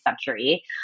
century